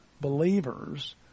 believers